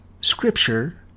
scripture